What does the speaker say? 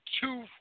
two –